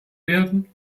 werden